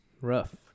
rough